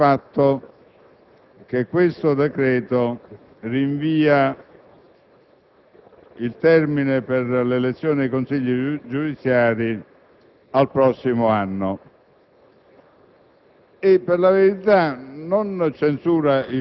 in realtà, sottolinea il fatto che tale decreto rinvia il termine per l'elezione dei Consigli giudiziari al prossimo anno